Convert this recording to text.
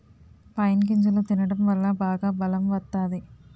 pine గింజలు తినడం వల్ల బాగా బలం వత్తాది